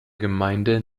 gemeinde